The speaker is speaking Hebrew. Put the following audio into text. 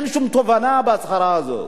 אין שום תובנה בהצהרה הזאת,